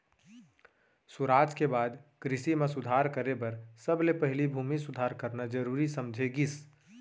सुराज के बाद कृसि म सुधार करे बर सबले पहिली भूमि सुधार करना जरूरी समझे गिस